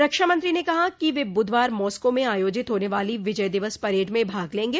रक्षा मंत्री ने कहा कि वे बूधवार मॉस्को में आयोजित होने वाली विजय दिवस परेड में भाग लेंगे